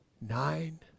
nine